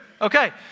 Okay